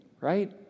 right